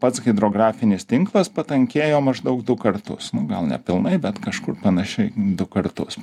pats hidrografinis tinklas patankėjo maždaug du kartus nu gal nepilnai bet kažkur panašiai du kartus